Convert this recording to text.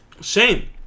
Shame